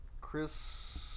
Chris